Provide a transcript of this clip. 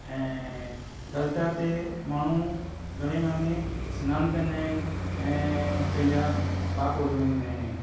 ऐं गलता ते माण्हू घणे भाङे सनानु कंदा आहिनि ऐं पंहिंजा पाप धोईंदा आहिनि